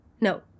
No